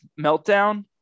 meltdown